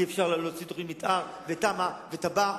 יהיה אפשר להוציא תוכנית מיתאר ותמ"א ותב"ע